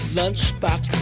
lunchbox